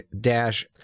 dash